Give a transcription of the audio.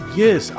yes